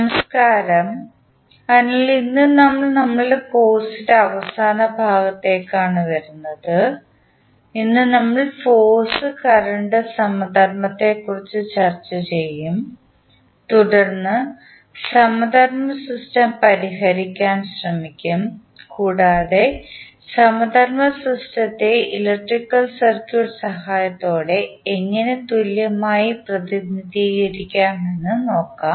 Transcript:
നമസ്കാരം അതിനാൽ ഇന്ന് നമ്മൾ നമ്മുടെ കോഴ്സിൻറെ അവസാന ഭാഗത്തേക്കാണ് വരുന്നത് ഇന്ന് നമ്മൾ ഫോഴ്സ് കറണ്ട് സമധർമ്മത്തെക്കുറിച്ച് ചർച്ച ചെയ്യും തുടർന്ന് സമധർമ്മ സിസ്റ്റം പരിഹരിക്കാൻ ശ്രമിക്കും കൂടാതെ സമധർമ്മ സിസ്റ്റത്തെ ഇലക്ട്രിക്കൽ സർക്യൂട്ട് സഹായത്തോടെ എങ്ങനെ തുല്യമായി പ്രതിനിധീകരിക്കാമെന്ന് നോക്കാം